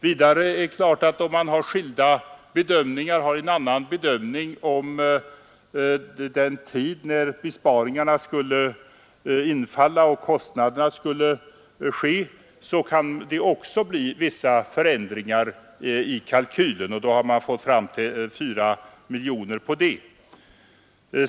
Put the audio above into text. Vidare är det klart att om man bedömer tiden när besparingarna skulle infalla och kostnaderna utdebiteras annorlunda kan det också bli vissa förändringar i kalkylen och man får fram 4 miljoner kronor.